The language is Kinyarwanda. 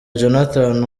jonathan